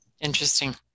Interesting